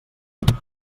compàs